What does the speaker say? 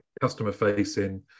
customer-facing